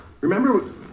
Remember